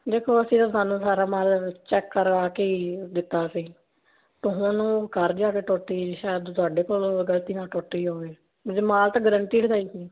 ਦੇਖੋ ਅਸੀਂ ਤਾਂ ਤੁਹਾਨੂੰ ਸਾਰਾ ਮਾਲ ਚੈੱਕ ਕਰਵਾ ਕੇ ਹੀ ਦਿੱਤਾ ਸੀ ਅਤੇ ਹੁਣ ਉਹ ਘਰ ਜਾ ਕੇ ਟੁੱਟ ਗਈ ਸ਼ਾਇਦ ਤੁਹਾਡੇ ਕੋਲੋਂ ਗਲਤੀ ਨਾਲ ਟੁੱਟ ਗਈ ਹੋਵੇ ਜੀ ਮਾਲ ਤਾਂ ਗਰੰਟੀ ਦਾ ਹੀ ਸੀ